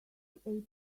april